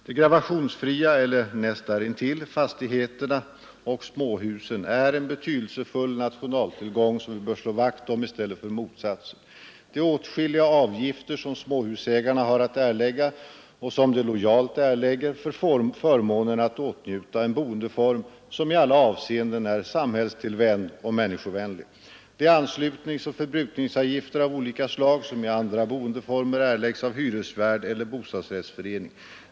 De gravationsfria — eller näst därintill — fastigheterna och småhusen är en betydelsefull nationaltillgång, som vi bör slå vakt om i stället för motsatsen. Det är åtskilliga avgifter som småhusägarna har att erlägga och som de lojalt erlägger för förmånen att åtnjuta en boendeform, som i alla avseenden är samhällstillvänd och människovänlig. Det är anslutningsoch förbrukningsavgifter av olika slag, som i andra boendeformer erläggs av hyresvärd eller bostadsrättsförening.